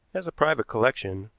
as a private collection,